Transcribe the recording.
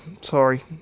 Sorry